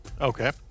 Okay